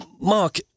Mark